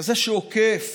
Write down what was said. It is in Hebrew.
כזה שעוקף